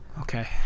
Okay